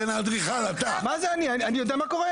אלה מבחנים חלקיים שכתובים